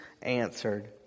Answered